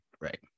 right